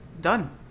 Done